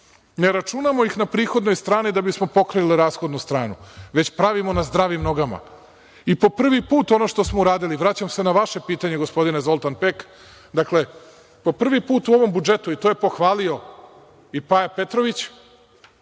Ne računamo ih na prihodnoj strani, da bismo pokrili rashodnu stranu, već pravimo na zdravim nogama. Po prvi put ono što smo uradili, vraćam se na vaše pitanje, gospodine Zoltan Pek, u ovom budžetu i to je pohvalio i Paja Petrović,